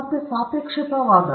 ಮತ್ತೆ ಸಾಪೇಕ್ಷತಾವಾದ